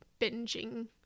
binging